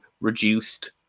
reduced